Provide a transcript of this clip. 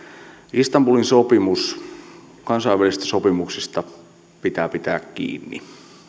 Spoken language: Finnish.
istanbulin sopimus kansainvälisistä sopimuksista pitää pitää kiinni